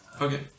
okay